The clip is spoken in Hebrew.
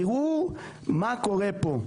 תיראו מה קורה פה.